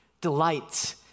delights